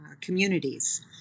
communities